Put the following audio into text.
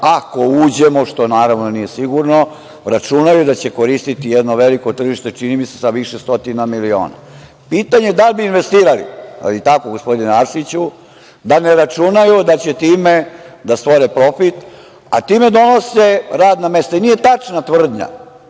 ako uđemo, što naravno nije sigurno, računaju da će koristiti jedno veliko tržište, čini mi se sa više stotina miliona. Pitanje je da li bi investirali, je li tako, gospodine Arsiću, da ne računaju da će time da stvore profit, a time donose radna mesta. Nije tačna tvrdnja